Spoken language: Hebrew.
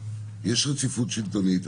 יש רציפות שלטונית,